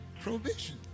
provision